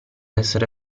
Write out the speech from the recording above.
essere